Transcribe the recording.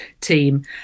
team